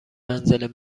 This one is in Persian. منزل